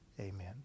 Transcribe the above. Amen